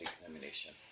examination